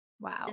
wow